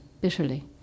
bitterly